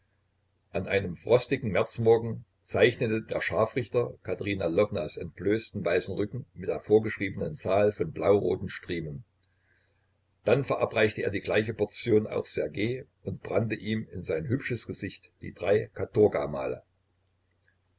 an einem frostigen märzmorgen zeichnete der scharfrichter katerina lwownas entblößten weißen rücken mit der vorgeschriebenen zahl von blauroten striemen dann verabreichte er die gleiche portion auch ssergej und brannte ihm in sein hübsches gesicht die drei